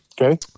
Okay